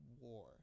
war